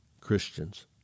Christians